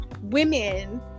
women